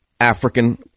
African